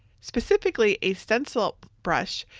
specifically a stencil brush,